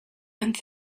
and